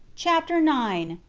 chapter nine.